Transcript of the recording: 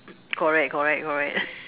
correct correct correct